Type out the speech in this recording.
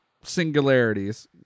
singularities